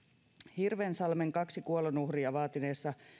hirvensalmen kaksi kuolonuhria vaatineessa